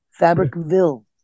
Fabricville